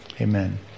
Amen